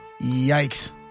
Yikes